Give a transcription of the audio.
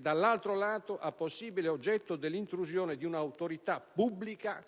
dall'altro lato, a possibile oggetto dell'inclusione di una autorità pubblica,